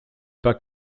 pas